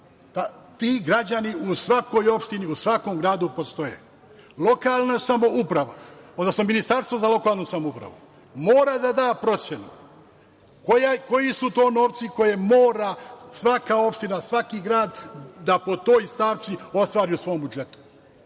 Ti građani u svakoj opštini u svakom gradu postoje. Lokalna samouprava, odnosno Ministarstvo za lokalnu samoupravu mora da da procenu koji su to novci koje mora svaka opština, svaki grad da po toj stavci ostvari u svom budžetu,